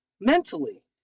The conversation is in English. mentally